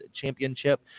Championship